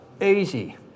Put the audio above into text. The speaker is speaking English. easy